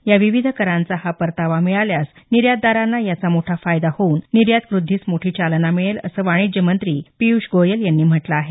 या विविध करांचा हा परतावा मिळाल्यास निर्यातदारांना याचा मोठा फायदा होऊन निर्यातवृद्धीस मोठी चालना मिळेल असं वाणिज्य मंत्री पिय्ष गोयल यांनी म्हटलं आहे